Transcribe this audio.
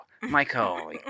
Michael